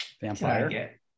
Vampire